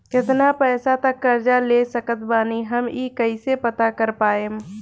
केतना पैसा तक कर्जा ले सकत बानी हम ई कइसे पता कर पाएम?